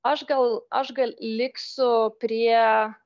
aš gal aš gal liksu prie